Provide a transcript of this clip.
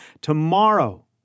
Tomorrow